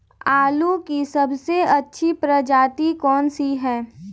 आलू की सबसे अच्छी प्रजाति कौन सी है?